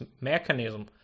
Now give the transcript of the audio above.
mechanism